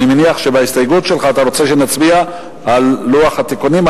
אני מניח שבהסתייגות שלך אתה רוצה שנצביע על לוח התיקונים,